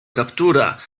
kaptura